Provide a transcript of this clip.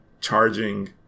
charging